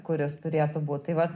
kuris turėtų būt tai va